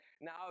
now